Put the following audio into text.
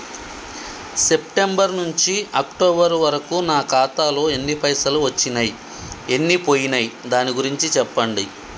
September నుంచి October వరకు నా ఖాతాలో ఎన్ని పైసలు వచ్చినయ్ ఎన్ని పోయినయ్ దాని గురించి చెప్పండి?